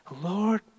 Lord